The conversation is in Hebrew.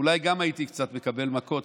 אולי גם הייתי מקבל קצת מכות,